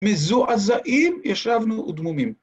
מזועזעים ישבנו עוד ודמומים.